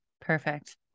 Perfect